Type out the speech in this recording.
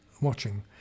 watching